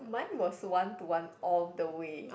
was one to one all the way